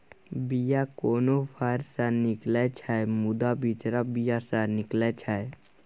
बीया कोनो फर सँ निकलै छै मुदा बिचरा बीया सँ निकलै छै